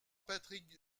patrick